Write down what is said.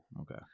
okay